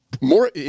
more